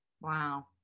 Wow